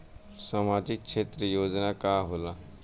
सामाजिक क्षेत्र योजना का होला?